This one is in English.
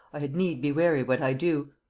i had need be wary what i do.